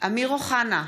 אמיר אוחנה,